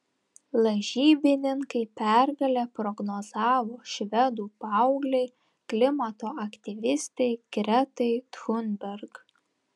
lažybininkai pergalę prognozavo švedų paauglei klimato aktyvistei gretai thunberg